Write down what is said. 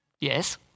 Yes